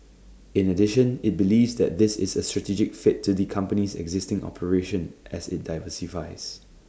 in addition IT believes that this is A strategic fit to the company's existing operation as IT diversifies